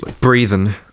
Breathing